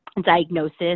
diagnosis